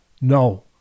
no